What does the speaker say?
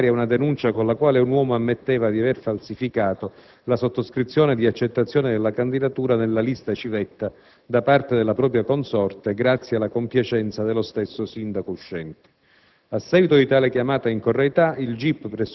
Successivamente, perveniva all'autorità giudiziaria una denuncia con la quale un uomo ammetteva di aver falsificato la sottoscrizione di accettazione della candidatura nella lista civetta da parte della propria consorte grazie alla compiacenza dello stesso Sindaco uscente.